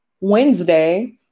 Wednesday